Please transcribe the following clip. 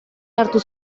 hartu